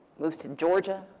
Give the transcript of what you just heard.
moved to georgia,